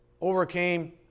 overcame